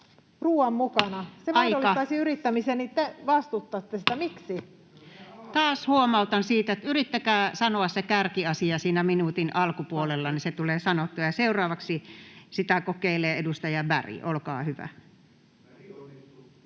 b §:n muuttamisesta Time: 15:40 Content: Taas huomautan siitä, että yrittäkää sanoa se kärkiasia siinä minuutin alkupuolella, niin se tulee sanottua. — Ja seuraavaksi sitä kokeilee edustaja Berg. Olkaa hyvä.